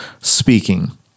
speaking